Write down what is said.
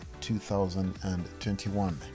2021